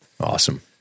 Awesome